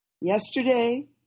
Yesterday